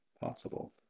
possible